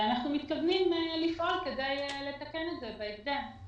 אנחנו מתכוונים לפעול כדי לתקן את זה בהקדם.